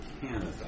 Canada